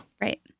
Right